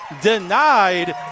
denied